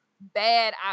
bad